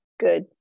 good